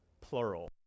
plural